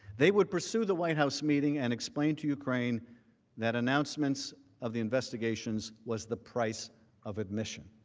they would pursue the white house meeting and explain to ukraine that announcements of the investigation was the price of admission.